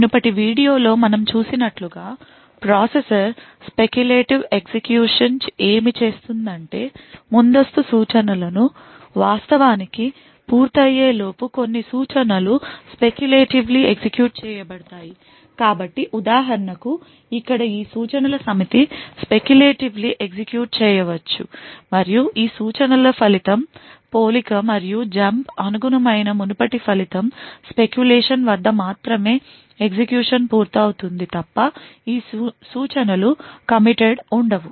మునుపటి వీడియోలో మనం చూసినట్లుగా ప్రాసెసర్లో స్పెక్యులేటివ్ ఎగ్జిక్యూషన్ ఏమి చేస్తుందంటే ముందస్తు సూచనలు వాస్తవానికి పూర్తయ్యేలోపు కొన్ని సూచనలు స్పెకులేటివ్లీ ఎగ్జిక్యూట్ చేయబడతాయి కాబట్టి ఉదాహరణకు ఇక్కడ ఈ సూచనల సమితి స్పెకులేటివ్లీ ఎగ్జిక్యూట్ చేయవచ్చు మరియు ఈ సూచనల ఫలితం పోలిక మరియు జంప్కు అనుగుణమైన మునుపటి ఫలితం స్పెక్యులేషన్ వద్ద మాత్రమే ఎగ్జిక్యూషన్ పూర్తవుతుంది తప్ప ఈ సూచనలు committed ఉండవు